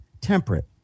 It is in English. temperate